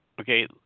Okay